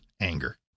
anger